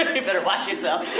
and you better watch yourself.